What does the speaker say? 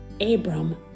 Abram